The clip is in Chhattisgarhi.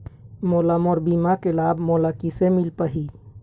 मोला मोर बीमा के लाभ मोला किसे मिल पाही?